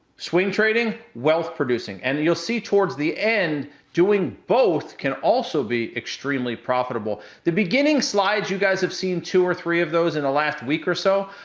swing trading, wealth producing. and you'll see towards the end, doing both, can also be extremely profitable. the beginning slides, you guys have seen two or three of those in the last week or so.